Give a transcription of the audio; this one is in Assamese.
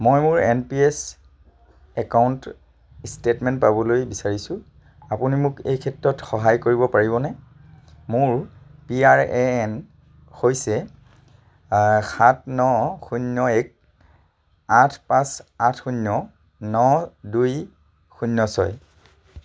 মই মোৰ N P S account statement পাবলৈ বিচাৰিছোঁ আপুনি মোক এই ক্ষেত্ৰত সহায় কৰিব পাৰিবনে মোৰ পি আৰ এ এন হৈছে সাত ন শূন্য এক আঠ পাঁচ আঠ শূন্য ন দুই শূন্য ছয়